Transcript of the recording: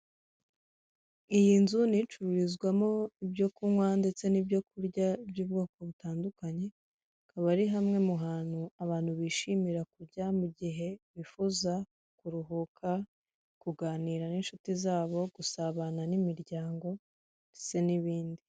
Iyi nzu ni icururizwamo ibyo kunywa ndetse n'ibyo kurya by'ubwoko butandukanye, hakaba ari hamwe mu hantu abantu bishimira kujya, mu gihe bifuza kuruhuka, kuganira n'inshuti zabo, gusabana n'imiryango ndetse n'ibindi.